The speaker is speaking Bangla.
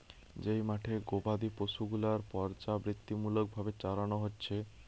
যেই মাঠে গোবাদি পশু গুলার পর্যাবৃত্তিমূলক ভাবে চরানো হচ্ছে